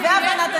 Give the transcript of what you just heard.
אבל יותר מזה,